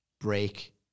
break